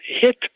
hit